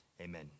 amen